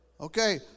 Okay